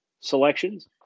selections